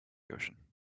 ocean